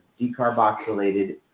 decarboxylated